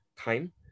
time